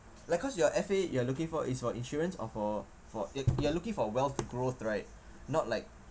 like cause your F_A you are looking for is for insurance or for for you you're looking for wealth growth right not like